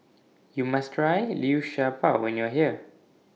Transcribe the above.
YOU must Try Liu Sha Bao when YOU Are here